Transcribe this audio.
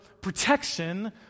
protection